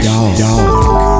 Dog